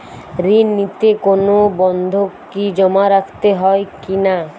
ঋণ নিতে কোনো বন্ধকি জমা রাখতে হয় কিনা?